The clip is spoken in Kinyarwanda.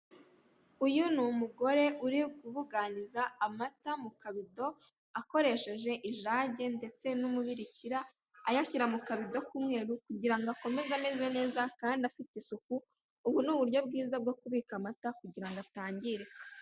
Uyu ni umugore uri kubuganiza amata mu kabido akoresheje ijage ndetse n'umubirikira, ayashyira mu kabido k'umweru kugira ngo akomeze ameze neza kandi afite isuku, ubu ni uburyo bwiza bwo kubika amata kugira ngo atangirika.